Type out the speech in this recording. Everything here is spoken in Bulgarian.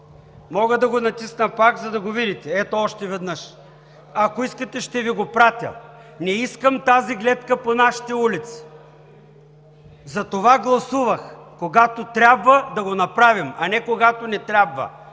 Мога да го натисна пак, за да го видите. Ето още веднъж. (Показва отново.) Ако искате, ще Ви го пратя. Не искам тази гледка по нашите улици. Затова гласувах – когато трябва да го направим, а не когато не трябва.